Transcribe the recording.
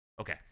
Okay